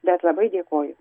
bet labai dėkoju